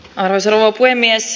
arvoisa rouva puhemies